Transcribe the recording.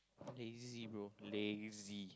lazy bro lazy